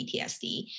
PTSD